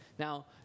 Now